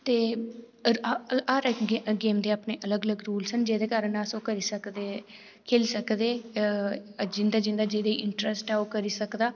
ते हर इक्क गेम्स दे अलग अलग रूल्स न ते जेह्दे कारण अस ओह् केह् खेली सकदे ते जिंदा जिंदा जेह्दे च इंटरस्ट ऐ ओह् करी सकदा